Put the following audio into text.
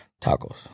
Tacos